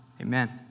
amen